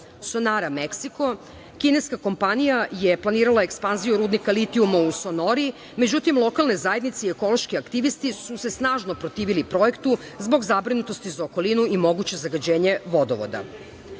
Meksiko, kineska kompanija je planirala ekspanziju rudnika litijuma u Sonori, međutim, lokalne zajednice i ekološki aktivisti su se snažno protivili projektu zbog zabrinutosti za okolinu i moguće zagađenje vodovoda. Takođe